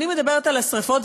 אני מדברת על השרפות,